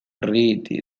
riti